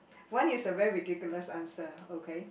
one is a very ridiculous answer okay